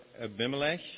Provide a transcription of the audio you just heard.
Abimelech